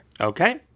Okay